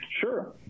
Sure